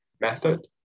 method